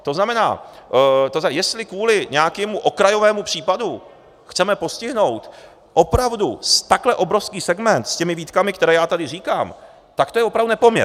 To znamená, jestli kvůli nějakému okrajovému případu chceme postihnout opravdu takhle obrovský segment s těmi výtkami, které já tady říkám, tak to je opravdu nepoměr.